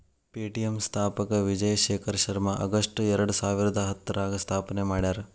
Paytm ಸ್ಥಾಪಕ Vijay Shekhar Sharma August ಎರಡಸಾವಿರದ ಹತ್ತರಾಗ ಸ್ಥಾಪನೆ ಮಾಡ್ಯಾರ